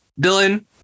Dylan